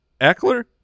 Eckler